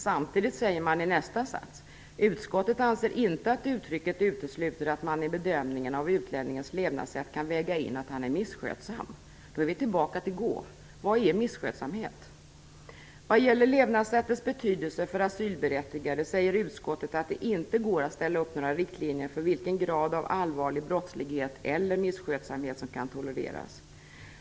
Samtidigt säger man dock i nästa sats: Utskottet anser inte att uttrycket utesluter att man i bedömningen av utlänningens levnadssätt kan väga in att han är missskötsam. Då är vi tillbaka till Gå. Vad är misskötsamhet? Vad gäller levnadssättets betydelse för asylberättigade säger utskottet att det inte går att ställa upp några riktlinjer för vilken grad av allvarlig brottslighet eller misskötsamhet som kan tolereras.